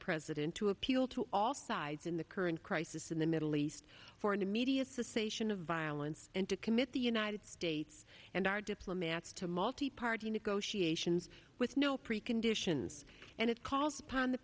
president to appeal to all sides in the current crisis in the middle east for an immediate cessation of violence and to commit the united states and our diplomats to multi party negotiations with no preconditions and it calls upon the